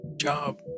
job